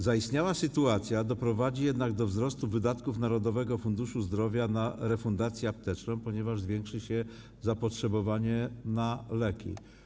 Zaistniała sytuacja doprowadzi jednak do wzrostu wydatków Narodowego Funduszu Zdrowia na refundację apteczną, ponieważ zwiększy się zapotrzebowanie na leki.